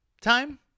time